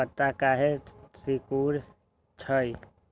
पत्ता काहे सिकुड़े छई?